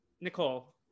Nicole